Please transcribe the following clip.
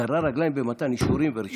גרר רגליים במתן אישורים ורישיונות.